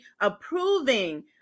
approving